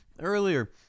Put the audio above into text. earlier